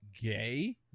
gay